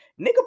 nigga